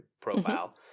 profile